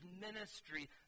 ministry